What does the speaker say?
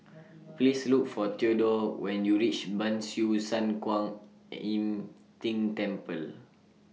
Please Look For Theodore when YOU REACH Ban Siew San Kuan Im Tng Temple